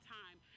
time